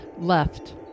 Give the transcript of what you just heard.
left